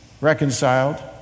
reconciled